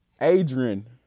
Adrian